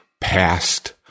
past